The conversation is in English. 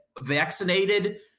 vaccinated